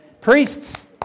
Priests